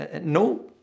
No